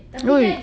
o~